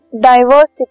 diversity